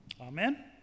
Amen